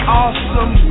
awesome